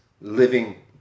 living